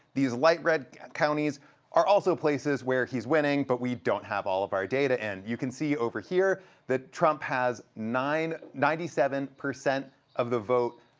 these like red counties are also places where he's winning but we don't have all of our data. and you can see over here that trump has ninety seven percent of the vote,